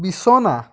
বিছনা